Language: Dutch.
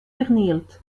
vernield